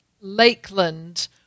Lakeland